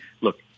Look